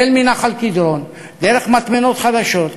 החל מנחל-קדרון, דרך מטמנות חדשות,